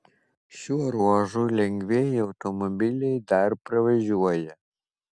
šiuo ruožu lengvieji automobiliai dar pravažiuoja